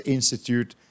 Institute